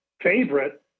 favorite